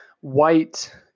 white